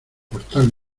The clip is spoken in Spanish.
portal